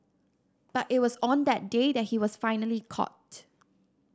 but it was on that day that he was finally caught